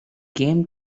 game